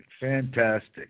Fantastic